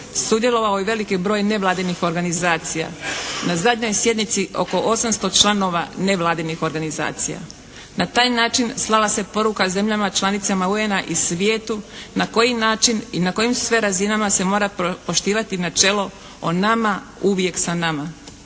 sudjelovao i veliki broj nevladinih organizacija. Na zadnjoj sjednici oko 800 članova nevladinih organizacija. Na taj način slala se poruka zemljama članicama UN-a i svijetu na koji način i na kojim sve razinama se mora poštivati načelo o nama, uvijek sa nama.